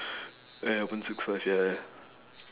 ya ya one six five ya ya